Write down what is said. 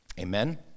Amen